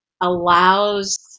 allows